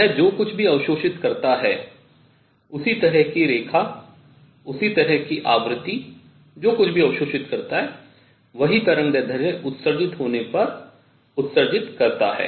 यह जो कुछ भी अवशोषित करता है उसी तरह की रेखा उसी तरह की आवृत्ति जो कुछ भी अवशोषित करता है वही तरंगदैर्ध्य उत्सर्जित होने पर उत्सर्जित करता है